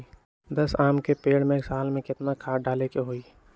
दस आम के पेड़ में साल में केतना खाद्य डाले के होई?